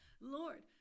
Lord